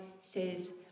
says